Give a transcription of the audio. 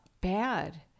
bad